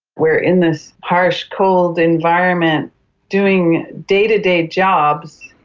we are in this harsh, cold environment doing day-to-day jobs,